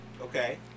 Okay